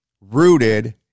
rooted